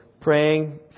Praying